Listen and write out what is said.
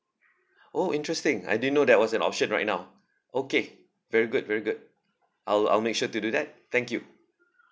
oh interesting I didn't know that was an option right now okay very good very good I'll I'll make sure to do that thank you